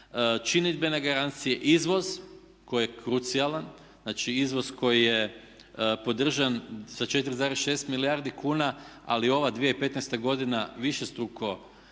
činidbene garancije izvoz koji je krucijalan. Znači izvoz koji je podržan sa 4,6 milijardi kuna ali ova 2015. godina još i